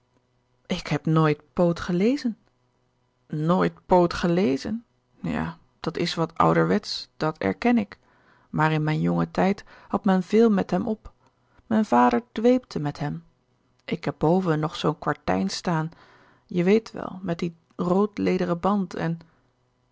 ik heb nooit poot gelezen nooit poot gelezen ja dat is wat ouderwetsch dat erken ik maar in mijn jongen tijd had men veel met hem op mijn vader dweepte met hem ik heb boven nog zoo'n kwartijn staan je weet wel met dien rood lederen band en